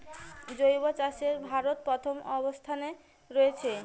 জৈব চাষে ভারত প্রথম অবস্থানে রয়েছে